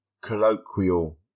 colloquial